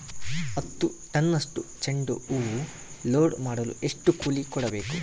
ಹತ್ತು ಟನ್ನಷ್ಟು ಚೆಂಡುಹೂ ಲೋಡ್ ಮಾಡಲು ಎಷ್ಟು ಕೂಲಿ ಕೊಡಬೇಕು?